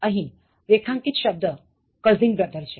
અહીં રેખાંકિત શબ્દ cousin brother છે